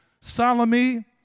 Salome